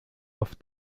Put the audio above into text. auf